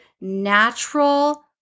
natural